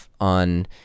on